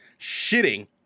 shitting